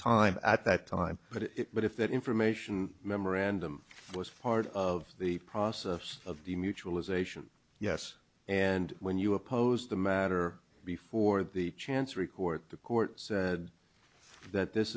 time at that time but it but if that information memorandum was part of the process of the mutualization yes and when you opposed the matter before the chancery court the court said that this